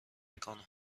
میکنند